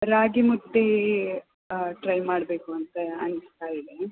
ರಾಗಿ ಮುದ್ದೆ ಟ್ರೈ ಮಾಡಬೇಕು ಅಂತ ಅನ್ನಿಸ್ತಾ ಇದೆ